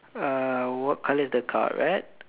uh what colour is the car red